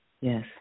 Yes